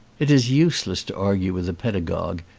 it is useless to argue with a pedagogue,